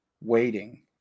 waiting